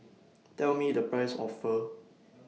Tell Me The Price of Pho